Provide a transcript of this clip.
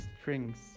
strings